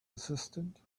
assistant